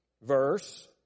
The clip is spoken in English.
Verse